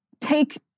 take